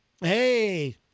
Hey